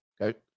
Okay